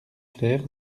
clair